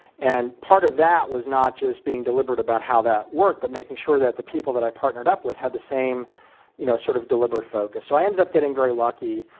and part of that was not just being deliberate about how that'd work, but making sure that the people that i partnered up with had the same you know sort of deliberate focus. so i ended up getting very lucky,